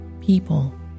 people